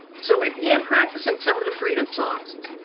so we been practicing some of the freedom songs.